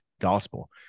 gospel